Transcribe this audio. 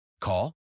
Call